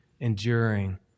enduring